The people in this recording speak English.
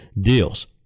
deals